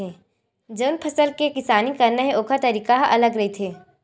जउन फसल के किसानी करना हे ओखर तरीका ह अलगे रहिथे